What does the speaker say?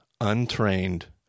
untrained